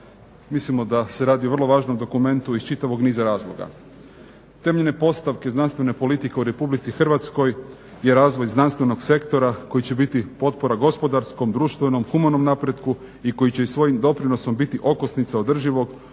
Mislimo da se radi o vrlo važnom dokumentu iz čitavog niza razloga. Temeljne postavke znanstvene politike u Republici Hrvatskoj je razvoj znanstvenog sektora koji će biti potpora gospodarskom, društvenom, humanom napretku i koji će i svojim doprinosom biti okosnica održivog,